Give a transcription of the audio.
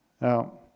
Now